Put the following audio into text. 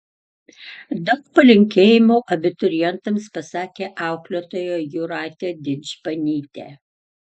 daug palinkėjimų abiturientams pasakė auklėtoja jūratė didžbanytė